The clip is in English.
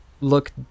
look